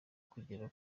kugera